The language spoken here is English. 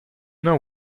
know